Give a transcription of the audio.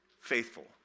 faithful